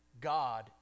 God